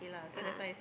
ah